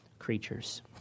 creatures